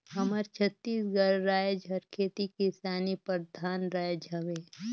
हमर छत्तीसगढ़ राएज हर खेती किसानी परधान राएज हवे